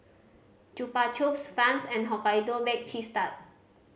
Chupa Chups Vans and Hokkaido Baked Cheese Tart